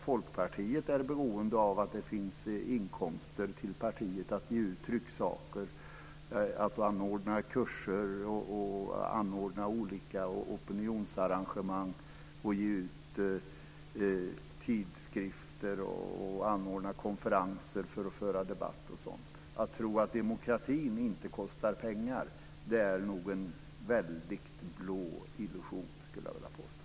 Folkpartiet är beroende av att det finns inkomster till partiet för att ge ut trycksaker, anordna kurser och olika opinionsarrangemang, ge ut tidskrifter, anordna konferenser för att föra debatt osv. Att tro att demokratin inte kostar pengar är nog, skulle jag vilja påstå, en väldigt blå illusion.